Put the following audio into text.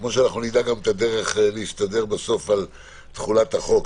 כמו שנדע למצוא את הדרך להסתדר על תחולת החוק.